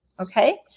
Okay